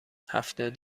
هفتاد